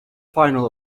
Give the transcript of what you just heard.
final